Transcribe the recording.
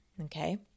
Okay